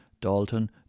Dalton